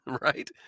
right